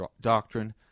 doctrine